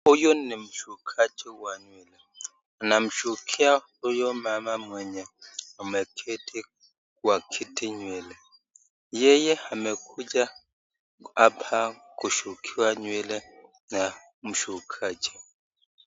Huyu ni mshukaji wa nywele. Anamshukia huyo mama mwenye ameketi kwa kiti nywele. Yeye amekuja hapa kushukiwa nywele na mshukaji.